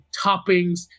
toppings